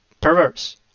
perverse